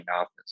Office*